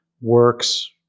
works